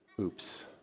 Oops